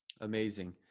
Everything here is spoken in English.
Amazing